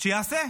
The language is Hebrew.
שיעשה.